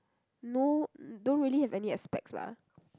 no don't really have any aspects lah